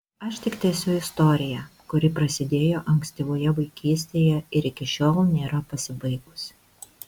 aš tik tęsiu istoriją kuri prasidėjo ankstyvoje vaikystėje ir iki šiol nėra pasibaigusi